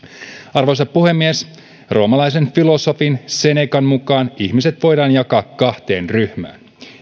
arvoisa puhemies roomalaisen filosofi senecan mukaan ihmiset voidaan jakaa kahteen ryhmään